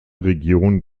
region